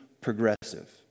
progressive